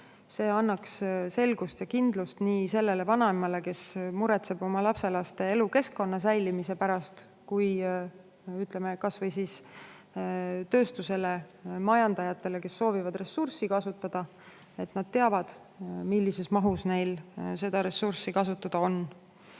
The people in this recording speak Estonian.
See annaks selgust ja kindlust nii vanaemale, kes muretseb oma lapselaste elukeskkonna säilimise pärast, kui ka, ütleme, kas või tööstusele ja majandajatele, kes soovivad ressurssi kasutada, sest nad teavad siis, millises mahus neil ressurssi kasutada on.